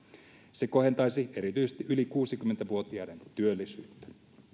se kohentaisi erityisesti yli kuusikymmentä vuotiaiden työllisyyttä